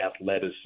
athleticism